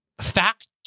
fact